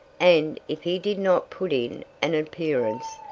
and, if he did not put in an appearance,